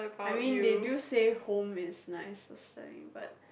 I mean they do say home is nice for studying but